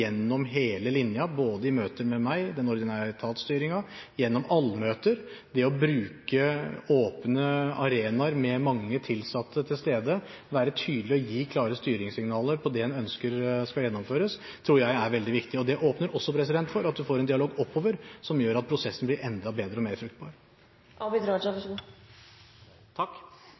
gjennom hele linja både i møte med meg, den ordinære etatsstyringen, gjennom allmøter, gjennom det å bruke åpne arenaer med mange tilsatte til stede, være tydelig og gi klare styringssignaler på det en ønsker skal gjennomføres – alt dette tror jeg er veldig viktig, og det åpner også for at en får en dialog oppover som gjør at prosessen blir enda bedre og mer